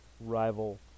rival